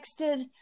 texted